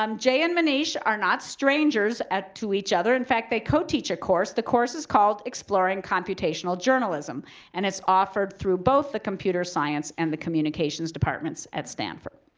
um jay and maneesh are not strangers to each other. in fact, they co-teach a course. the course is called exploring computational journalism and it's offered through both the computer science and the communications departments at stanford.